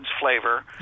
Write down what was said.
flavor